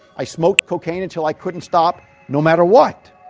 i smoked cocaine until i couldn't stop no matter what.